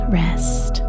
rest